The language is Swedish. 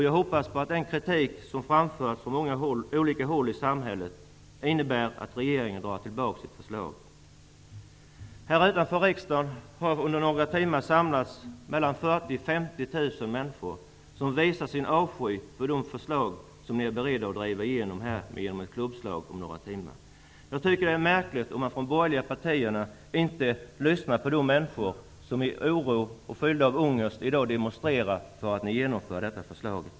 Jag hoppas att den kritik som framförts från många olika håll i samhället innebär att regeringen drar tillbaka sitt förslag. Här utanför Riksdagshuset har mellan 40 000 och 50 000 människor samlats för att visa sin avsky för det förslag som ni är beredda att driva igenom genom ett klubbslag om några timmar. Jag tycker att det är märkligt att man från de borgerliga partierna inte lyssnar på de människor som i dag är fyllda av oro och ångest och som demonstrerar mot att ni genomför detta förslag.